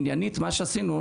עניינית מה שעשינו,